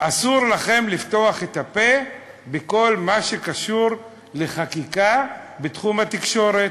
אסור לכם לפתוח את הפה בכל מה שקשור לחקיקה בתחום התקשורת,